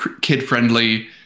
kid-friendly